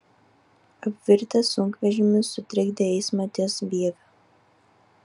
apvirtęs sunkvežimis sutrikdė eismą ties vieviu